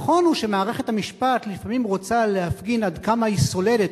נכון הוא שמערכת המשפט לפעמים רוצה להפגין עד כמה היא סולדת,